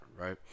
Right